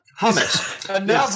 Hummus